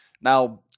Now